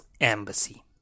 Embassy